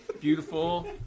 beautiful